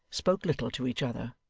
spoke little to each other.